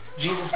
Jesus